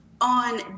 on